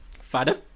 Father